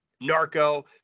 narco